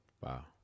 wow